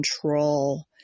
control